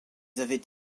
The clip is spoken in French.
avaient